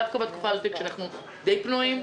דווקא בתקופה הזאת כשאנחנו די פנויים.